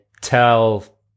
tell